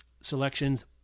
selections